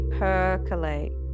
percolate